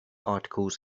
articles